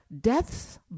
deaths